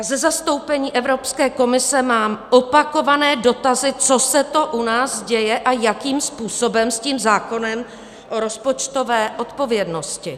A ze zastoupení Evropské komise mám opakované dotazy, co se to u nás děje a jakým způsobem s tím zákonem o rozpočtové odpovědnosti.